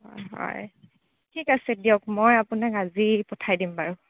অ হয় ঠিক আছে দিয়ক মই আপোনাক আজি পঠাই দিম বাৰু